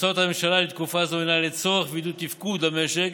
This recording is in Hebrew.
הוצאות הממשלה בתקופה זו היא לצורך וידוא תפקוד המשק